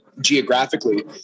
geographically